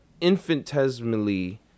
infinitesimally